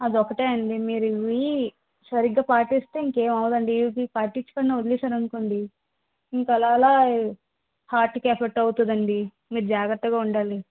అదొక్కటే అండి మీరు ఇవి సరిగ్గా పాటిస్తే ఇంకేమవదండి ఇవి పాటిచ్చకుండా వదిలేశారనుకోండి ఇంక అలా అలా హార్ట్కి ఎఫెక్ట్ అవుతాదండి మీరు జాగ్రత్తగా ఉండాలి